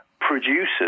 produces